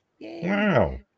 Wow